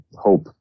hope